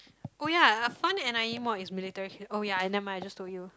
oh ya a fun n_i_e mod is military oh ya never mind I just told you